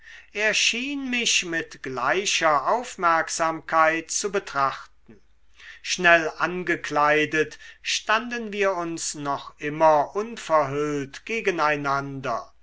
schien mich mit gleicher aufmerksamkeit zu betrachten schnell angekleidet standen wir uns noch immer unverhüllt gegeneinander